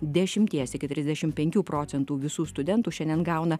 dešimties iki trisdešim penkių procentų visų studentų šiandien gauna